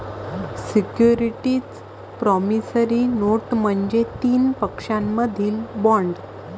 securities promissory note म्हणजे तीन पक्षांमधील बॉण्ड